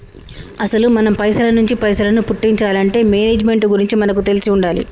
అసలు మనం పైసల నుంచి పైసలను పుట్టించాలంటే మేనేజ్మెంట్ గురించి మనకు తెలిసి ఉండాలి